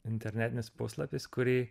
internetinis puslapis kurį